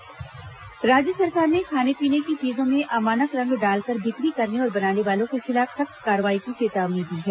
खाद्य पदार्थ कार्रवाई राज्य सरकार ने खाने पीने की चीजों में अमानक रंग डालकर बिक्री करने और बनाने वालों के खिलाफ सख्त कार्रवाई की चेतावनी दी है